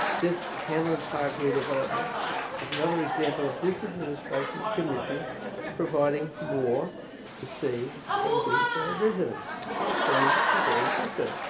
this hanlon park redevelopment is another example of this administration's commitment to providing more to see and do for our residents in a clean and green brisbane.